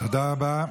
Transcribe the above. תודה רבה.